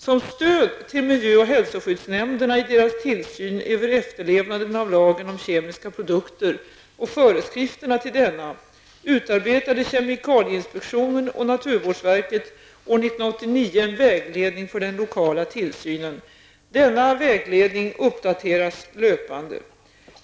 Som stöd till miljö och hälsoskyddsnämnderna i deras tillsyn av efterlevnaden av lagen om kemiska produkter och föreskrifterna till denna, utarbetade kemikalieinspektionen och naturvårdsverket år 1989 en vägledning för den lokala tillsynen. Denna vägledning uppdateras löpande.